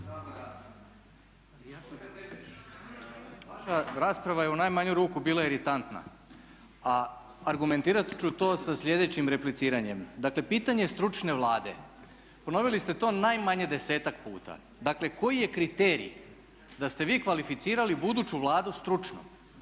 vaša rasprava je u najmanju ruku bila iritantna, a argumentirat ću to sa sljedećim repliciranjem. Dakle, pitanje stručne Vlade. Ponovili ste to najmanje desetak puta. Dakle, koji je kriterij da ste vi kvalificirali buduću vladu stručnom.